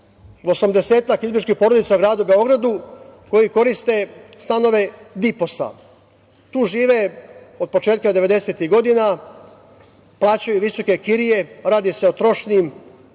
izbegličkih porodica u gradu Beogradu koje koriste stanove „Diposa“. Tu žive od početka 90-ih godina, plaćaju visoke kirije, radi se o trošnim